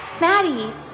Maddie